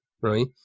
right